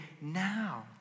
now